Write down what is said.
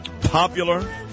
popular